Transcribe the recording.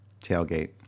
tailgate